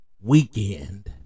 weekend